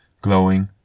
glowing